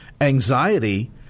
anxiety